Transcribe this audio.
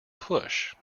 push